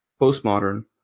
postmodern